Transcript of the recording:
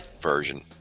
version